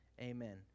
amen